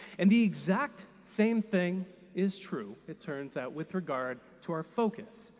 and the exact same thing is true, it turns out, with regard to our focus,